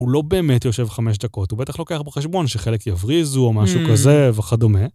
הוא לא באמת יושב חמש דקות, הוא בטח לוקח בחשבון שחלק יבריזו או משהו כזה וכדומה.